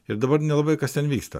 ir dabar nelabai kas ten vyksta